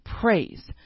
praise